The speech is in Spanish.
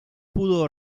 pudo